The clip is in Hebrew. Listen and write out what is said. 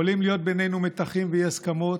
יכולים להיות בינינו מתחים ואי-הסכמות,